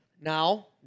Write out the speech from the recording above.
Now